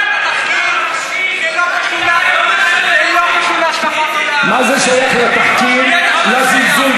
אני בחיים לא מדבר על שופט מה שהוא מדבר על,